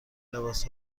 لباس